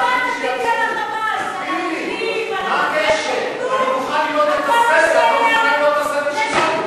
מה הקשר בין מה שאמרת למנהרות ולמחבלים שיצאו?